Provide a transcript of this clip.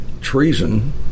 treason